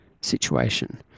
situation